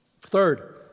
Third